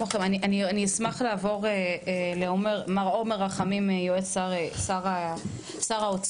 אני אשמח לעבור למר עומר רחמים יועץ שר האוצר,